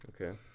Okay